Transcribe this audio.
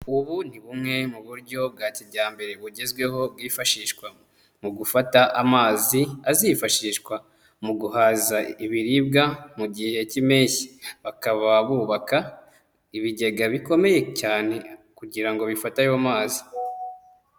Ubu ni bumwe mu buryo bwa kijyambere bugezweho bwifashishwa mu gufata amazi, azifashishwa mu guhaza ibiribwa mu gihe cy'impeshyi, bakaba bubaka ibigega bikomeye cyane kugira ngo bifate ayo amazi.